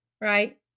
right